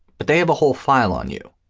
but they have a whole file on you.